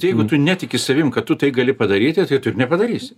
jeigu tu netiki savim kad tu tai gali padaryti tai tu ir nepadarysi